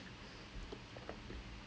we like okay